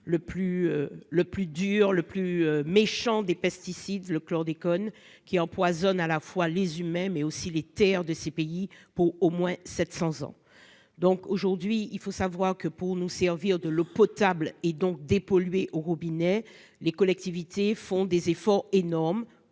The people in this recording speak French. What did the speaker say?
le plus dur, le plus méchant des pesticides le chlordécone qui empoisonne à la fois les humains, mais aussi les Terres de ces pays pour au moins 700 ans donc, aujourd'hui, il faut savoir que pour nous servir de l'eau potable et donc dépolluer au robinet, les collectivités font des efforts énormes